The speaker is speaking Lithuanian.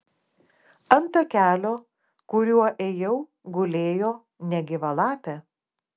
ant takelio kuriuo ėjau gulėjo negyva lapė